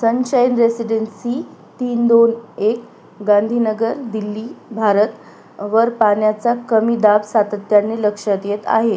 sunshine residency तीन दोन एक गांधीनगर दिल्ली भारत वर पाण्याचा कमी दाब सातत्याने लक्षात येत आहे